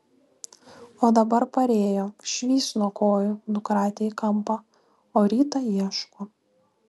o dabar parėjo švyst nuo kojų nukratė į kampą o rytą ieško